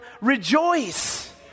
rejoice